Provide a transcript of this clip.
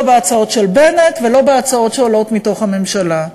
לא בהצעות של בנט ולא בהצעות שעולות מתוך הממשלה,